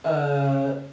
err